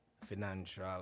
financial